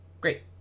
great